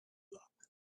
luck